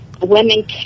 women